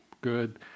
good